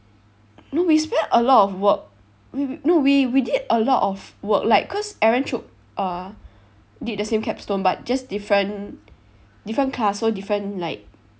no we spent a lot of work no we we did a lot of work like cause aaron choo~ uh did the same capstone but just different different class so different like